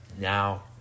now